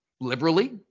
liberally